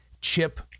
chip